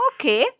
Okay